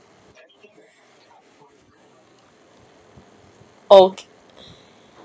oh